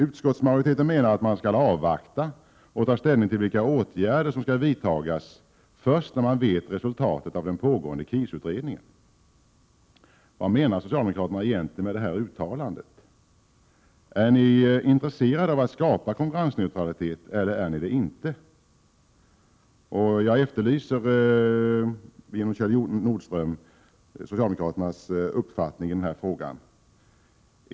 Utskottsmajoriteten menar att man skall avvakta och ta ställning till vilka åtgärder som skall vidtas först när man vet resultatet av den pågående KIS-utredningen. Vad menar socialdemokraterna med detta uttalande? Är ni intresserade av att skapa konkurrensneutralitet eller är ni det inte? Jag efterlyser via Kjell Nordström socialdemokraternas uppfattning i den här frågan.